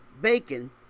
bacon